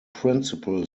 principal